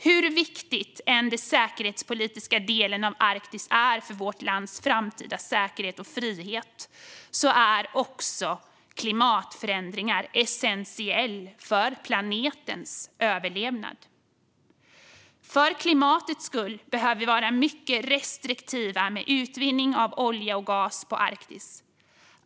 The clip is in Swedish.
Hur viktig den säkerhetspolitiska delen av Arktis än är för vårt lands framtida säkerhet och frihet är klimatförändringar också essentiella för planetens överlevnad. För klimatets skull behöver vi vara mycket restriktiva med utvinning av olja och gas i Arktis.